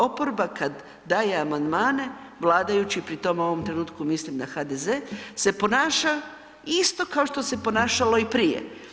Oporba kada daje amandmane vladajući, pri tom u ovom trenutku mislim na HDZ, se ponaša isto kao što se ponašalo i prije.